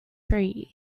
free